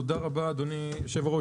תודה רבה אדוני היושב-ראש,